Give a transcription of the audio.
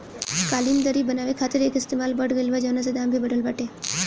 कालीन, दर्री बनावे खातिर एकर इस्तेमाल बढ़ गइल बा, जवना से दाम भी बढ़ल बाटे